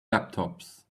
laptops